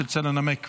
תרצה לנמק?